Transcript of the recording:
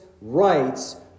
rights